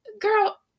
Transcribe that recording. girl